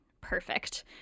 perfect